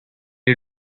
est